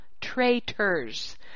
traitors